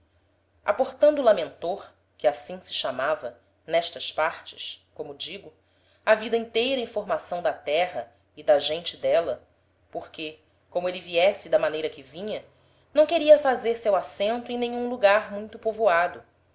se chamava n'estas partes como digo havida inteira informação da terra e da gente d'éla porque como êle viesse da maneira que vinha não queria fazer seu assento em nenhum lugar muito povoado